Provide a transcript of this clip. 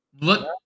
look